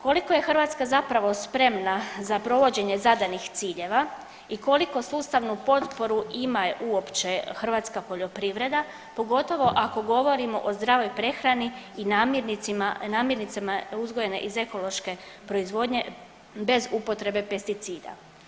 Koliko je Hrvatska zapravo spremna za provođenje zadanih ciljeva i koliko sustavni potporu ima uopće hrvatska poljoprivreda, pogotovo ako govorimo o zdravoj prehrani i namirnicama uzgojene iz ekološke proizvodnje bez upotrebe pesticida.